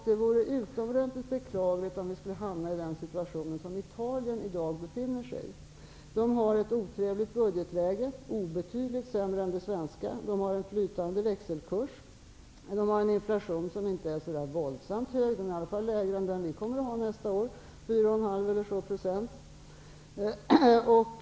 Det vore utomordenltigt beklagligt om vi skulle hamna i en sådan situation som Italien i dag befinner sig i. Italien har ett otrevligt budgetläge, obetydligt sämre än det svenska, en flytande växelkurs, en inflation som inte är så våldsamt hög men i alla fall lägre än vad vi kommer att ha nästa år, någonstans på 4,5 %.